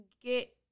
get